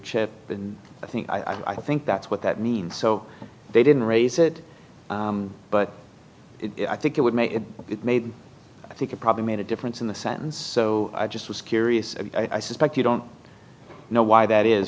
chip and i think i think that's what that means so they didn't raise it but i think it would make it made i think it probably made a difference in the sentence so i just was curious and i suspect you don't know why that is